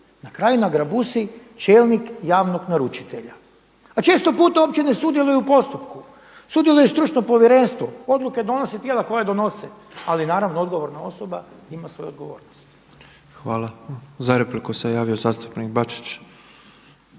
Na kraju nagrebusi čelnik javnog naručitelja, a četo puta uopće ne sudjeluje u postupku. Sudjeluje stručno povjerenstvo, odluke donose tijela koje donose, ali naravno odgovorna osoba ima svoju odgovornost. **Petrov, Božo (MOST)** Hvala. Za repliku se javio zastupnik Bačić.